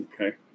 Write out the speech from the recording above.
Okay